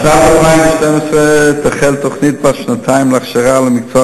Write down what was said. בשנת 2012 תחל תוכנית בת שנתיים להכשרה למקצוע